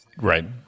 Right